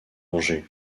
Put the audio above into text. manger